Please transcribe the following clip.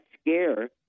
scare